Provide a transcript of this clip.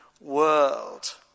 world